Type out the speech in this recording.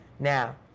Now